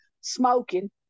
smoking